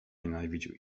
nienawidził